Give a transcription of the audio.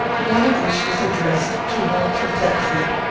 one of which was addressed to walter thetford.